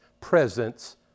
presence